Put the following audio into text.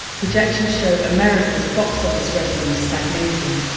projections show america's box-office revenue stagnating,